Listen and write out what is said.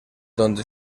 donde